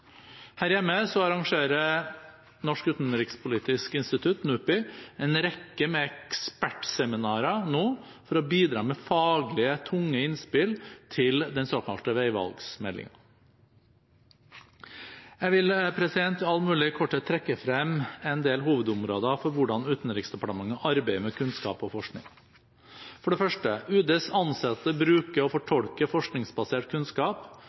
Her hjemme arrangerer Norsk Utenrikspolitisk Institutt, NUPI, nå en rekke med ekspertseminarer for å bidra med faglige, tunge innspill til den såkalte veivalgmeldingen. Jeg vil i all mulig korthet trekke frem en del hovedområder for hvordan Utenriksdepartementet arbeider med kunnskap og forskning. For det første: Utenriksdepartementets ansatte bruker og fortolker forskningsbasert kunnskap